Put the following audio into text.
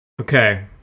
Okay